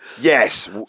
Yes